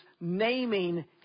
naming